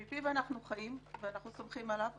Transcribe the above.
שלפיו אנחנו חיים ואנחנו סומכים עליו,